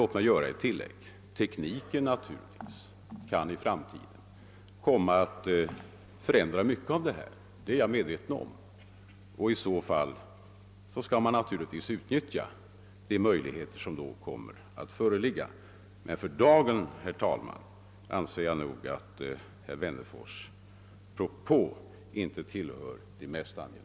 Låt mig göra det tillägget att tekniken i framtiden kan komma att förändra mycket på det område det här gäller. Jag är medveten om det. Och i så fall skall vi naturligtvis utnyttja de möjligheter som då erbjuder sig. Men för dagen anser jag att herr Wennerfors” propå inte tillhör de mest angelägna.